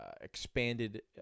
expanded